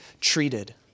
treated